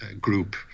group